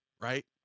right